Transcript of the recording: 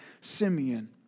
Simeon